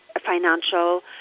financial